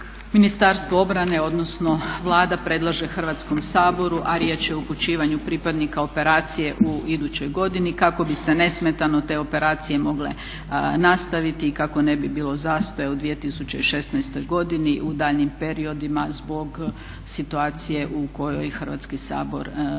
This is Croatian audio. Ministarstvo obrane, odnosno Vlada predlaže Hrvatskom saboru, a riječ je o upućivanju pripadnika operacije u idućoj godini kako bi se nesmetano te operacije mogle nastaviti i kako ne bi bilo zastoja u 2016. godini u daljnjim periodima zbog situacije u kojoj Hrvatski sabor neće